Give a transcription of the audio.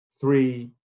three